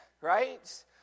right